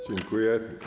Dziękuję.